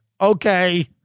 Okay